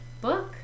book